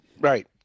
Right